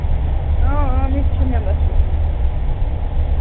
إں إں مےٚ تہِ چھِ میٚمبر شِپ